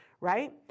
right